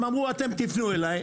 הם אמרו שאתם תפנו אליי,